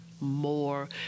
more